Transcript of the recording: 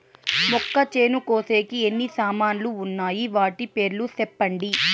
మొక్కచేను కోసేకి ఎన్ని సామాన్లు వున్నాయి? వాటి పేర్లు సెప్పండి?